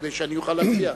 כדי שאני אוכל להצביע.